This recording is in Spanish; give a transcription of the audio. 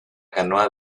canoa